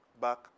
back